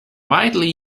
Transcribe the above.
widely